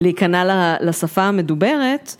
להיכנע לשפה המדוברת.